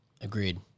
Agreed